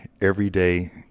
everyday